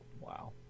wow